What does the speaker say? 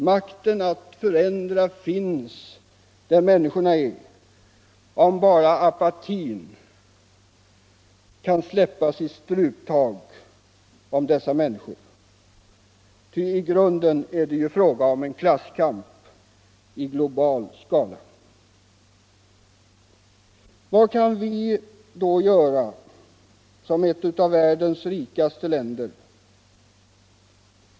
Makten att förändra finns där människorna är, om bara apatin kan släppa sitt struptag om dessa människor. Ty i grunden är det ju fråga om en klasskamp i global skala. Vad kan vi då göra som ett av världens rikaste länder?